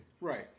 Right